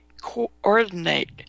coordinate